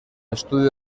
estudio